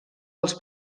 als